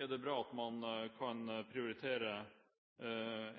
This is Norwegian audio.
er det bra at man kan prioritere